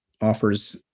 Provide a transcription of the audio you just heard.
offers